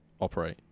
operate